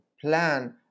plan